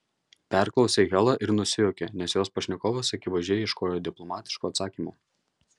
perklausė hela ir nusijuokė nes jos pašnekovas akivaizdžiai ieškojo diplomatiško atsakymo